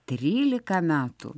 trylika metų